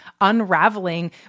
unraveling